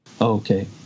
Okay